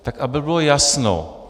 Tak aby bylo jasno.